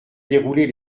dérouler